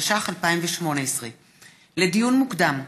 התשע"ח 2018. לדיון מוקדם,